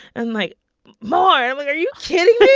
and, like more. i'm like, are you kidding me?